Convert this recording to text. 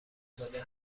زده